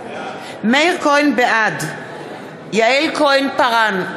בעד יעל כהן-פארן,